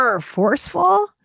forceful